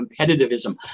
competitivism